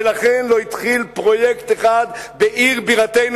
ולכן לא התחיל פרויקט אחד בעיר בירתנו